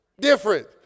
different